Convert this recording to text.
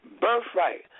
birthright